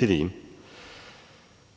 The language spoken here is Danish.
Det er det ene.